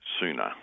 sooner